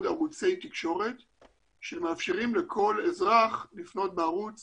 ערוצי תקשורת ומאפשרים לכל אזרח לפנות בערוץ